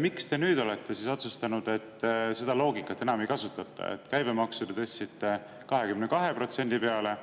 Miks te nüüd olete otsustanud, et seda loogikat enam ei kasutata? Käibemaksu te tõstsite 22% peale,